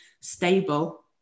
stable